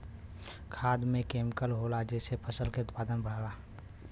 खाद में केमिकल होला जेसे फसल के उत्पादन बढ़ला